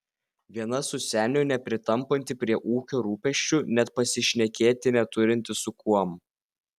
viena su seniu nepritampanti prie ūkio rūpesčių net pasišnekėti neturinti su kuom